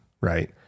right